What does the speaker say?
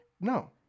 No